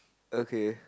okay